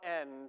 end